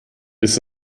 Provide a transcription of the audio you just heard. ist